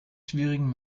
schwierigen